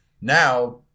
Now